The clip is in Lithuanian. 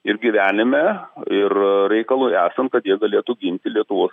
ir gyvenime ir reikalui esant kad jie galėtų ginti lietuvos